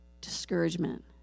discouragement